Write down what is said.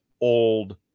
old